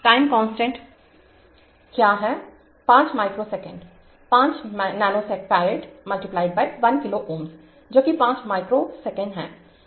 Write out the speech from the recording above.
time constant क्या है 5 microsecond 5 nanofarad × 1 kilo Ω जो कि 5 माइक्रो सेकेंड है